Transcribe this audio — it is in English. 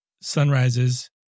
sunrises